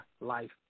life